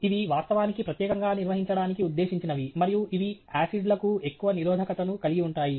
ఇవి వాస్తవానికి ప్రత్యేకంగా నిర్వహించడానికి ఉద్దేశించినవి మరియు ఇవి ఆసిడ్ లకు ఎక్కువ నిరోధకతను కలిగి ఉంటాయి